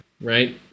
right